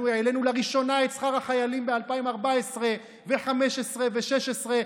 אנחנו העלינו לראשונה את שכר החיילים ב-2014 וב-2015 ו-2016,